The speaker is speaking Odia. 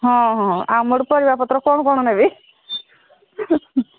ହଁ ହଁ ଆମର ପରିବାପତ୍ର କ'ଣ କ'ଣ ନେବି